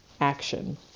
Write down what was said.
action